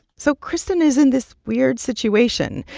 so kristin is in this weird situation.